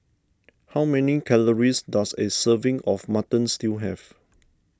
how many calories does a serving of Mutton Stew have